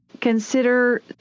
consider